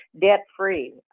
debt-free